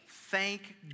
thank